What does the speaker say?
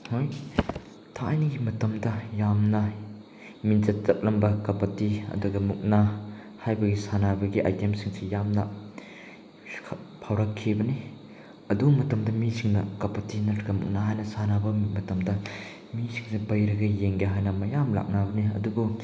ꯍꯣꯏ ꯊꯥꯏꯅꯒꯤ ꯃꯇꯝꯗ ꯌꯥꯝꯅ ꯃꯤꯡꯆꯠ ꯆꯠꯂꯝꯕ ꯀꯕꯗꯤ ꯑꯗꯨꯒ ꯃꯨꯛꯅꯥ ꯍꯥꯏꯕꯁꯤ ꯁꯥꯟꯅꯕꯒꯤ ꯑꯥꯏꯇꯦꯝꯁꯤꯡꯁꯤ ꯌꯥꯝꯅ ꯐꯥꯎꯔꯛꯈꯤꯕꯅꯤ ꯑꯗꯨ ꯃꯇꯝꯗ ꯃꯤꯁꯤꯡꯅ ꯀꯕꯗꯤ ꯅꯠꯇ꯭ꯔꯒ ꯃꯨꯛꯅꯥ ꯍꯥꯏꯅ ꯁꯥꯟꯅꯕ ꯃꯇꯝꯗ ꯃꯤꯁꯤꯡꯁꯦ ꯄꯩꯔꯒ ꯌꯦꯡꯒꯦ ꯃꯌꯥꯝ ꯂꯥꯛꯅꯕꯅꯤ ꯑꯗꯨꯕꯨ